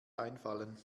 einfallen